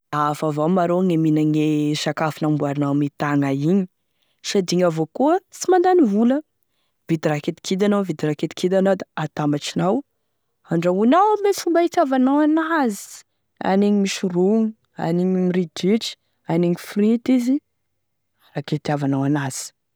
Hafa avao ma rô mihinagne sakafo namboarinao ame tagna igny, sady igny avao koa tsy mandany vola, mividy raha kidikidy anao mividy raha kidikidy anao da atambatrinao handrahoinao ame fomba hitiavanao an'azy, haniny misy rony, haniny ridritry haniny frity izy arake hitiavanao an'azy.